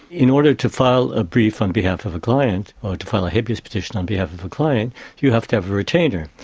in order to file a brief on behalf of a client or to file a habeas petition on behalf of a client you have to have a retainer.